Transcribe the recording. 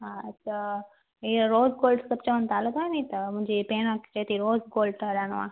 हा त हीअ रोस गोल्ड सभु चवनि था लॻाइणी अथव मुंहिंजी भेण चए थी रोस गोल्ड ठहाराइणो आहे